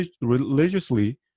Religiously